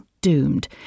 doomed